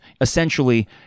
essentially